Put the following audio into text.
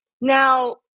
Now